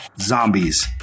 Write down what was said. Zombies